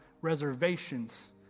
reservations